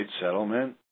settlement